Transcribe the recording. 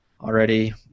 already